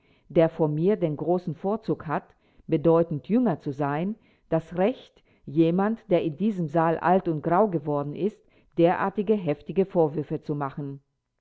der vor mir den großen vorzug hat bedeutend jünger zu sein das recht jemand der in diesem saal alt und grau geworden ist derartige heftige vorwürfe zu machen